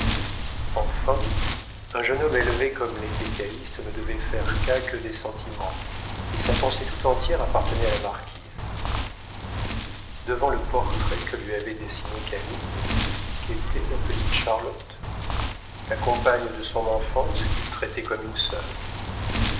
enfin un jeune homme élevé comme l'était calyste ne devait faire cas que des sentiments et sa pensée tout entière appartenait à la marquise devant le portrait que lui avait dessiné camille qu'était la petite charlotte la compagne de son enfance qu'il traitait comme une sœur